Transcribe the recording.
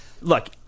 look